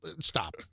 Stop